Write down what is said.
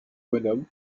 bonhomme